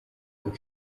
uko